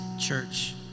church